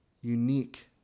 Unique